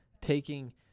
taking